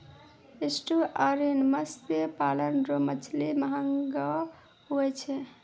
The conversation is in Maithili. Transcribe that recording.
एस्टुअरिन मत्स्य पालन रो मछली महगो हुवै छै